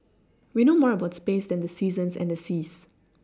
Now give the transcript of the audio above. we know more about space than the seasons and the seas